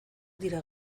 dira